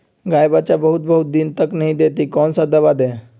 गाय बच्चा बहुत बहुत दिन तक नहीं देती कौन सा दवा दे?